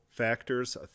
Factors